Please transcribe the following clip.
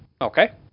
Okay